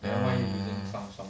mm